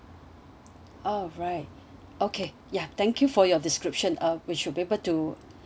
oh right okay ya thank you for your description uh we should able to